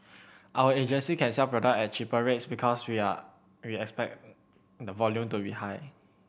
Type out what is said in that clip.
our agency can sell products at cheaper rates because we are we expect the volume to be high